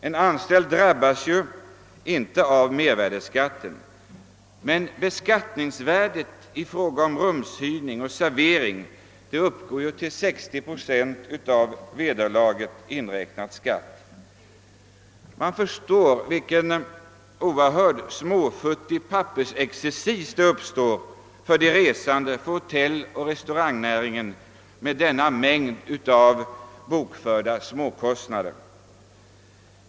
En anställd drabbas inte av mervärdeskatten, men beskattningsvärdet i fråga om rumshyrning och servering uppgår till 60 procent av vederlaget inräknat skatt. Man förstår vilken oerhört småfuttig pappersexercis som kommer att uppstå för resande och för hotelloch restaurangnäringen med denna mängd av bokförda småkostnader.